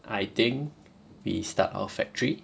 I think we start our factory